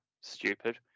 stupid